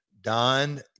Don